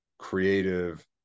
creative